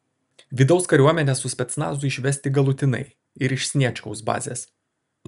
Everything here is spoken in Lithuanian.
vidaus kariuomenę su specnazu išvesti galutinai ir iš sniečkaus bazės